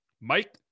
Mike